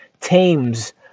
tames